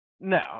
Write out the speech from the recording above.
no